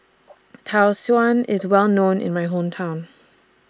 Tau Suan IS Well known in My Hometown